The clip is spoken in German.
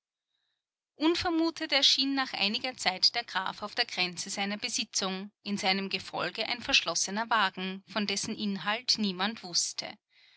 unvermutet erschien nach einiger zeit der graf auf der grenze seiner besitzung in seinem gefolge ein verschlossener wagen von dessen inhalt niemand wußte